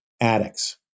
addicts